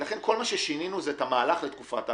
לכן כל מה ששינינו זה את המהלך לתקופת האחריות.